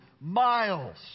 miles